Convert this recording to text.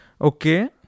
Okay